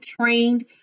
trained